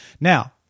Now